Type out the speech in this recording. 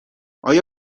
آیا